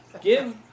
Give